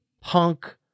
punk